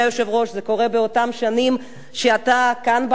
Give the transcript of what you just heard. זה קורה באותן שנים שאתה כאן בכנסת,